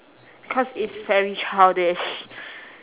cause it's very childish